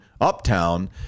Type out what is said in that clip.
uptown –